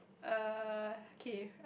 err kay